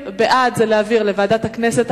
אז בעד זה להעביר לוועדת הכנסת,